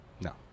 No